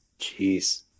Jeez